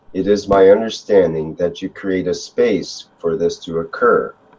it is my understanding that you create a space for this to occur,